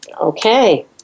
okay